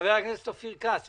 חבר הכנסת אופיר כץ.